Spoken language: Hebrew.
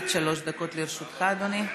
עד שלוש דקות לרשותך, אדוני.